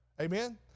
Amen